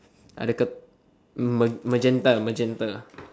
m~ magenta magenta